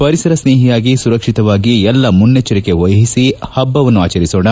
ಪರಿಸರ ಸ್ತೇಹಿಯಾಗಿ ಸುರಕ್ಷಿತವಾಗಿ ಎಲ್ಲ ಮುನ್ನೆಚ್ಚರಿಕೆ ವಹಿಸಿ ಹಬ್ಬವನ್ನು ಆಚರಿಸೋಣ